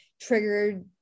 triggered